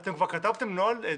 דלית,